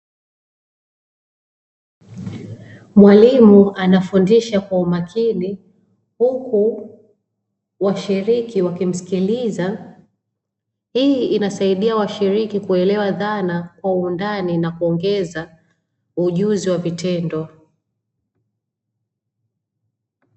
Mwalimu anafundisha kwa umakini, huku washiriki wakimsikiliza. Hii inasaidia washiriki kuelewa dhana kwa undani na kuongeza ujuzi wa vitendo.